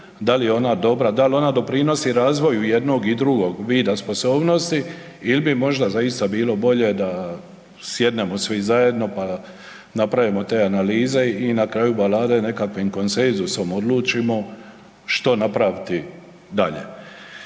da li ona doprinosi razvoju jednog i drugog vida sposobnosti il bi možda zaista bilo bolje da sjednemo svi zajedno, pa napravimo te analize i na kraju balade nekakvim konsenzusom odlučimo što napraviti dalje.